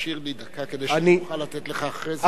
תשאיר לי דקה כדי שאני אוכל לתת לך אחרי זה,